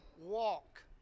walk